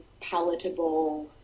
palatable